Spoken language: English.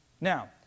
Now